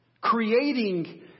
Creating